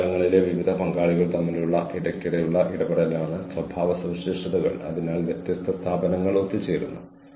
ഐഐടിയിലെ അധ്യാപകർ ഇപ്പോൾ ക്ലാസ് മുറിയിലെ അധ്യാപകരല്ല നമ്മൾ പുറത്തുപോയി ക്ലൌഡിലേക്ക് പോയി